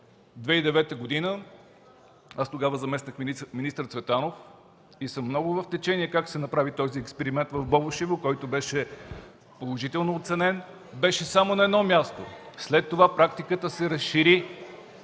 2009 г. замествах министър Цветанов и съм много в течение как се направи този експеримент в Бобошево, който беше положително оценен. Беше само на едно място, но след това практиката се разшири.